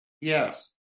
Yes